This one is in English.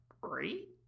great